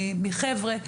מחבר'ה,